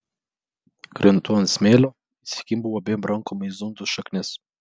krintu ant smėlio įsikimbu abiem rankom į zundų šaknis